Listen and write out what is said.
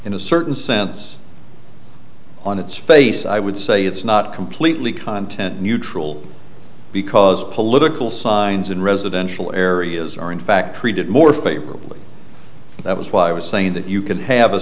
in a certain sense on its face i would say it's not completely content neutral because political signs in residential areas are in fact treated more favorably that was why i was saying that you can have a